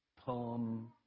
poem